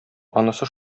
анысы